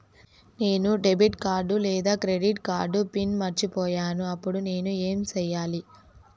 నేను debit card లేదా credit card PIN మర్చిపోయినప్పుడు నేను ఏమి సెయ్యాలి?